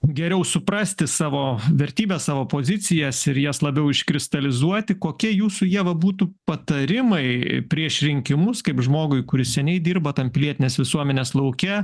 geriau suprasti savo vertybes savo pozicijas ir jas labiau iškristalizuoti kokie jūsų ieva būtų patarimai prieš rinkimus kaip žmogui kuris seniai dirba tam pilietinės visuomenės lauke